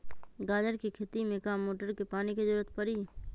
गाजर के खेती में का मोटर के पानी के ज़रूरत परी?